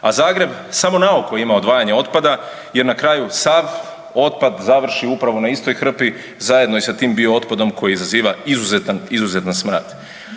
A Zagreb samo naoko ima odvajanje otpada jer na kraju sav otpad završi upravo na istoj hrpi, zajedno i sa tim biootpadom koji izaziva izuzetan,